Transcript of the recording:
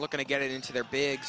looking to get it into their big